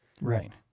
Right